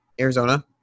Arizona